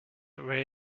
where